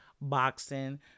boxing